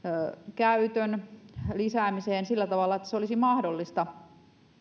käytön lisäämiseen sillä tavalla että se olisi mahdollista